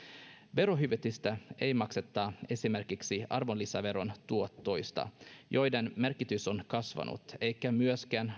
verohyvitystä ei makseta esimerkiksi arvonlisäveron tuotoista joiden merkitys on kasvanut eikä myöskään